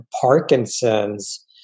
Parkinson's